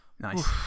Nice